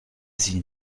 sie